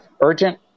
urgent